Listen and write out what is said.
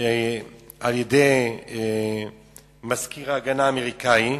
על-ידי מזכיר ההגנה האמריקני,